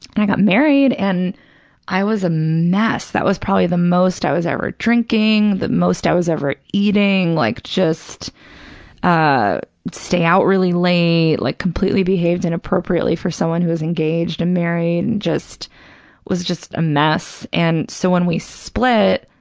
i got married and i was a mess. that was probably the most i was ever drinking, the most i was ever eating, like just ah stay out really late, like completely behaved inappropriately for someone who was engaged and married, and just was just a mess. and so when we split,